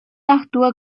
actúa